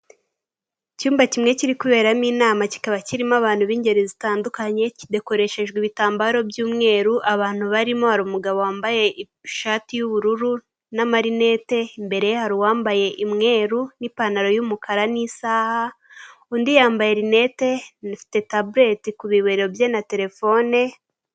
Icyumba kimwe kiri kuberamo inama kikaba kirimo abantu b'ingeri zitandukanye, kidakoreshejwe ibitambaro by'umweru abantu barimo hari umugabo wambaye ishati y'ubururu n'amarinette, imbere hari uwambaye umweru n'ipantaro y'umukara n'isaha, undi yambaye rinete afite tabureti ku bibero bye na telefone.